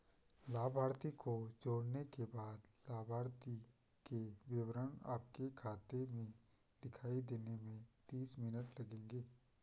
लाभार्थी को जोड़ने के बाद लाभार्थी के विवरण आपके खाते में दिखाई देने में तीस मिनट लगेंगे